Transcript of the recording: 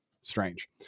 Strange